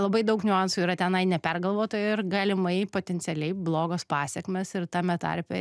labai daug niuansų yra tenai nepergalvota ir galimai potencialiai blogos pasekmės ir tame tarpe